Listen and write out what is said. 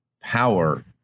power